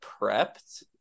prepped